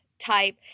type